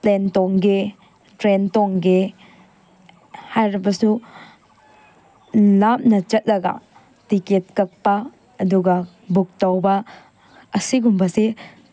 plane ꯇꯣꯡꯒꯦ train ꯇꯣꯡꯒꯦ ꯍꯥꯏꯔꯕꯁꯨ ꯂꯥꯞꯅ ꯆꯠꯂꯒ ꯇꯤꯀꯦꯠ ꯀꯛꯄ ꯑꯗꯨꯒ ꯕꯨꯛ ꯇꯧꯕ ꯑꯁꯤꯒꯨꯝꯕꯁꯦ